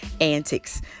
antics